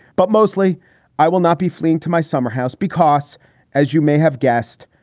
but mostly i will not be fleeing to my summer house because as you may have guessed,